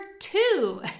two